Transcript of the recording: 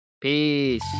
Peace